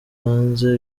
hanze